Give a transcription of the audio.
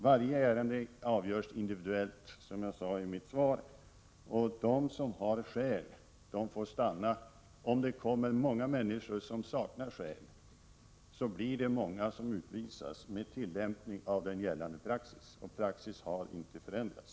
Varje ärende avgörs individuellt, som jag sade i mitt svar, och de som har skäl får stanna. Om det kommer många människor som saknar skäl, blir det många som avvisas med tillämpning av gällande praxis, och praxis har inte förändrats.